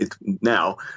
now